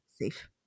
Safe